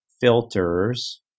filters